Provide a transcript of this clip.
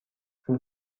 vous